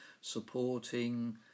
supporting